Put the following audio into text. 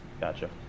Gotcha